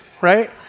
right